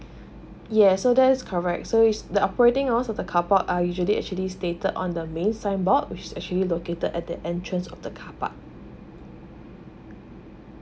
yes so that's correct so it's the operating hours of the carpark are usually actually stated on the main signboard which actually located at the entrance of the carpark